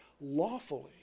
lawfully